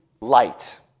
light